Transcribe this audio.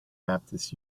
baptist